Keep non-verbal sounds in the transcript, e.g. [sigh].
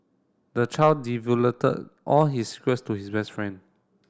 the child [unintelligible] all his secrets to his best friend